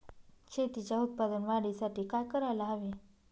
शेतीच्या उत्पादन वाढीसाठी काय करायला हवे?